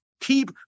Keep